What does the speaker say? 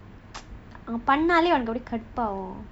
பண்ணாலே அது கடுப்பாகும்:pannaalae adhu kadupaagum